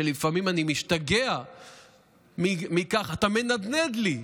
לפעמים אני משתגע מכך שאתה מנדנד לי: